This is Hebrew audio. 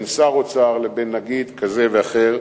בין שר אוצר לבין נגיד כזה ואחר,